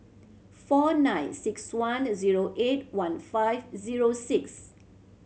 four nine six one zero eight one five zero six